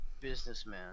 businessman